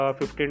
15